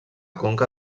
conca